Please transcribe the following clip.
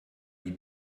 die